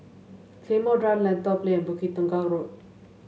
Claymore Drive Lentor Plain Bukit Tunggal Road